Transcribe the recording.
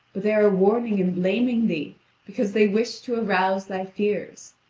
they are warning and blaming thee because they wish to arouse thy fears.